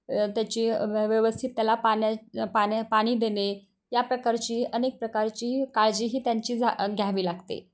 त्याची व्यवस्थित त्याला पाण्या पाण्या पाणी देणे या प्रकारची अनेक प्रकारची काळजीही त्यांची जा घ्यावी लागते